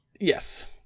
Yes